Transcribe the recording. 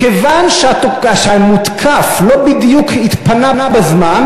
מכיוון שהמותקף לא בדיוק התפנה בזמן,